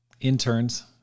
interns